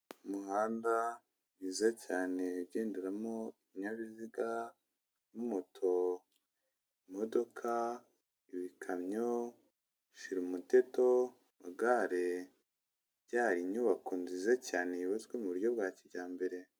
Umuhanda mwiza cyane ugenderamo ibinyabiziga harimo, moto, imodoka, ibikamyo, shira umuteto, amagare, hirya hari inyubako nziza cyane yubatswe mu buryo bwa kijyambere.